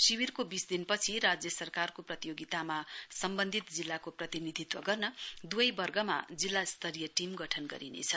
शिविरको बीस दिनपछि राज्य सरकारको प्रतियोगितामा सम्बन्धित जिल्लाको प्रतिनिधित्व गर्न दुवै वर्गमा जिल्ला स्तरीय टीम गठन गरिनेछ